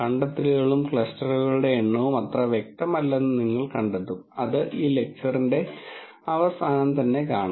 കണ്ടെത്തലും ക്ലസ്റ്ററുകളുടെ എണ്ണവും അത്ര വ്യക്തമല്ലെന്ന് നിങ്ങൾ കണ്ടെത്തും അത് ഈ ലെക്ച്ചറിന്റെ അവസാനം തന്നെ കാണാം